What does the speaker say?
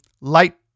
light